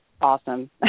awesome